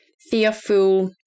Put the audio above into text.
fearful